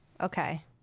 Okay